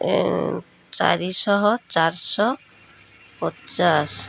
ଚାରିଶହ ଚାରଶହ ପଚାଶ